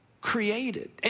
created